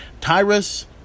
Tyrus